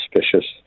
suspicious